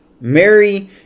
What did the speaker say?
Mary